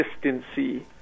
consistency